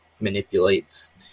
manipulates